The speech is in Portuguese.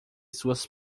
suas